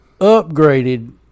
upgraded